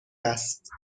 است